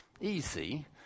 easy